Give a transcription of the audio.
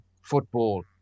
football